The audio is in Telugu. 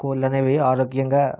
కోళ్లనేవి ఆరోగ్యంగా